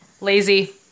Lazy